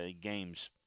games